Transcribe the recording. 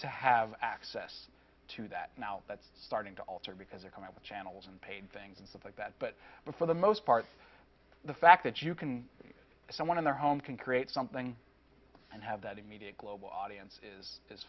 to have access to that now that's starting to alter because they're going to channels and paid things and stuff like that but but for the most part the fact that you can see someone in their home can create something and have that immediate global audience is is